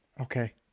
Okay